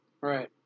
Right